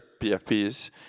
PFPs